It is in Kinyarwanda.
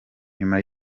nyuma